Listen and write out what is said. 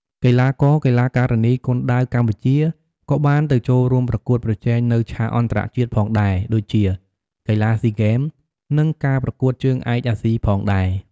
កីឡាករ-កីឡាការិនីគុនដាវកម្ពុជាក៏បានទៅចូលរួមប្រកួតប្រជែងនៅឆាកអន្តរជាតិផងដែរដូចជា កីឡាស៊ីហ្គេម និងការប្រកួតជើងឯកអាស៊ីផងដែរ។